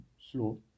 slow